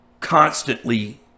Constantly